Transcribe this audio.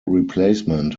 replacement